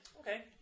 Okay